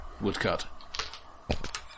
woodcut